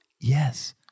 Yes